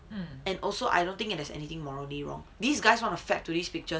and also I don't think there's anything morally wrong these guys wanna to fap to these pictures